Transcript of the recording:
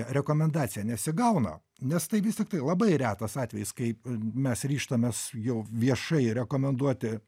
rekomendacija nesigauna nes tai vis tiktai labai retas atvejis kai mes ryžtamės jau viešai rekomenduoti